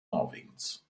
norwegens